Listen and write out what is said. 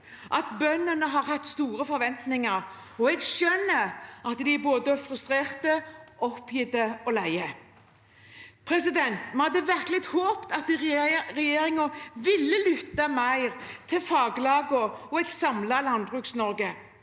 at bøndene har hatt store forventninger, og jeg skjønner at de er både frustrert, oppgitt og lei. Vi hadde virkelig håpet at regjeringen ville lytte mer til faglagene og et samlet Landbruks-Norge.